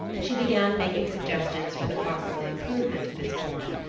she began making suggestions for the possible improvement of his corn.